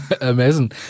Amazing